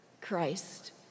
Christ